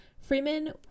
Freeman